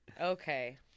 okay